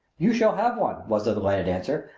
you shall have one, was the delighted answer.